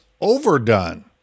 overdone